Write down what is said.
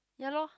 ya lor